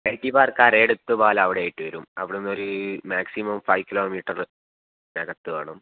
I T park Arayidathupalam അവിടെയായിട്ടു വരും അവിടെ നിന്നൊരു മാക്സിമം ഫൈവ് കിലോമീറ്ററിനകത്തു വേണം